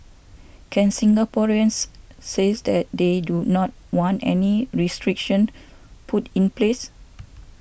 can Singaporeans says that they do not want any restriction put in place